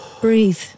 Breathe